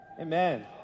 Amen